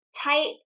tight